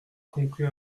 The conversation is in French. comprit